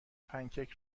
پنکیک